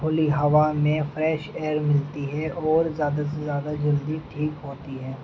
ہولی ہوا میں fresh air ملتی ہے اور زیادہ سے زیادہ جلدی ٹھیک ہوتی ہے